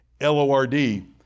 L-O-R-D